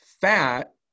fat